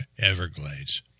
Everglades